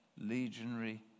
legionary